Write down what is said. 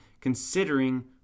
considering